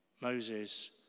Moses